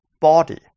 body